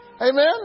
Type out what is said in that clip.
Amen